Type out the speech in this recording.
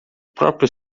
próprio